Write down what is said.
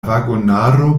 vagonaro